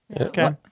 Okay